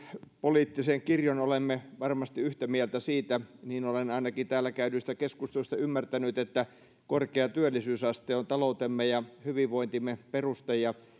poliittisen kirjon olemme varmasti yhtä mieltä siitä niin olen ainakin täällä käydyistä keskusteluista ymmärtänyt että korkea työllisyysaste on taloutemme ja hyvinvointimme perusta ja